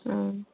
অঁ